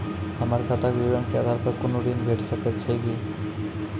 हमर खाता के विवरण के आधार प कुनू ऋण भेट सकै छै की?